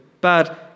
Bad